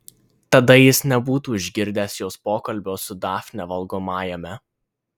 tada jis nebūtų išgirdęs jos pokalbio su dafne valgomajame